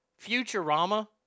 Futurama